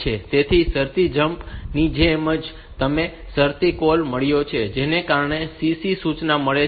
તેથી શરતી જમ્પ ની જેમ જ તમને શરતી કૉલ મળ્યો છે જેમ કે આપણને CC સૂચના મળી છે